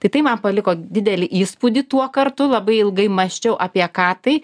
tai tai man paliko didelį įspūdį tuo kartu labai ilgai mąsčiau apie ką tai